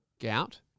Gout